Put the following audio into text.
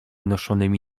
noszonymi